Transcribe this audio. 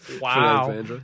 Wow